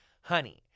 Honey